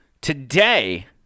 today